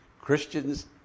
Christians